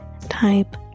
type